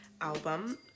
album